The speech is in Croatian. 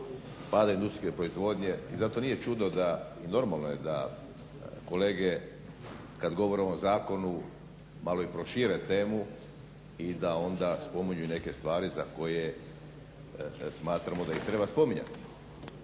pada industrijske proizvodnje. I zato nije čudo da i normalno je da kolege kad govore o ovom zakonu malo i prošire temu i da onda spominju i neke stvari za koje smatramo da ih treba spominjati.